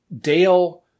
Dale